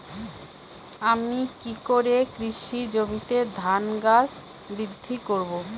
আমি কী করে কৃষি জমিতে ধান গাছ বৃদ্ধি করব?